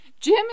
Jim